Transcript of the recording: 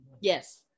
Yes